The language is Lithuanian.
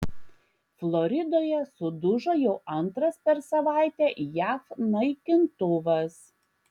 floridoje sudužo jau antras per savaitę jav naikintuvas